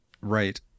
Right